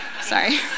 Sorry